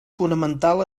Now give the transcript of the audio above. fonamental